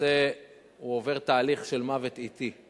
למעשה הוא עובר תהליך של מוות אטי,